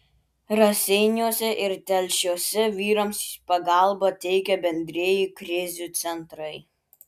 raseiniuose ir telšiuose vyrams pagalbą teikia bendrieji krizių centrai